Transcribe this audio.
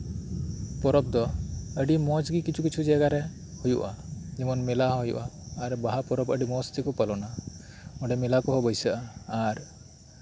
ᱯᱚᱨᱚᱵᱽ ᱫᱚ ᱟᱹᱰᱤ ᱢᱚᱸᱡ ᱜᱮ ᱠᱤᱪᱷᱩ ᱠᱤᱪᱷᱩ ᱡᱟᱭᱜᱟᱨᱮ ᱦᱩᱭᱩᱜᱼᱟ ᱡᱮᱢᱚᱱ ᱢᱮᱞᱟ ᱦᱩᱭᱩᱜ ᱟ ᱟᱨ ᱵᱟᱦᱟ ᱯᱚᱨᱚᱵᱽ ᱟᱹᱰᱤ ᱢᱚᱸᱡ ᱛᱮᱠᱚ ᱯᱟᱞᱚᱱᱟ ᱚᱱᱰᱮ ᱢᱮᱞᱟ ᱠᱚ ᱵᱟᱹᱭᱥᱟᱹᱜᱼᱟ ᱟᱨ